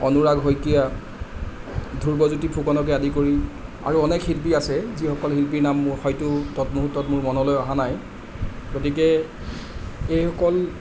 অনুৰাগ শইকীয়া ধ্ৰুৱজ্যোতি ফুকনকে আদি কৰি আৰু অনেক শিল্পী আছে যিসকল শিল্পীৰ নাম হয়টো তৎমুহুৰ্তত মোৰ মনলৈ অহা নাই গতিকে এইসকল